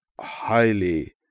highly